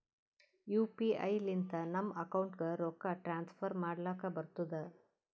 you P I ಲಿಂತ ನಮ್ ಅಕೌಂಟ್ಗ ರೊಕ್ಕಾ ಟ್ರಾನ್ಸ್ಫರ್ ಮಾಡ್ಲಕ್ ಬರ್ತುದ್